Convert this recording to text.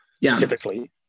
typically